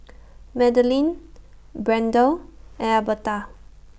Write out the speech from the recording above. Madalyn Brande Alberta